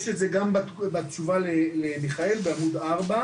יש את זה גם בתשובה למיכאל ביטון בעמוד ארבע.